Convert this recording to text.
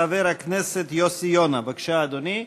חבר הכנסת יוסי יונה, בבקשה, אדוני.